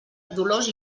dolors